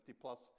plus